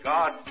God